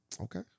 okay